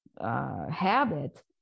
Habit